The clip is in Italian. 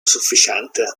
sufficiente